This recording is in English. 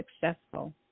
successful